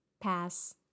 Pass